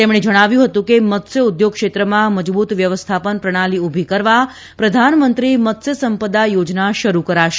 તેમણે જણાવ્યું હતું કે મત્સ્ય ઉદ્યોગ ક્ષેત્રમાં મજબુત વ્યવસ્થાપન પ્રણાલી ઉભી કરવા પ્રધાનમંત્રી મત્સ્ય સંપદા થોજના શરૂ કરાશે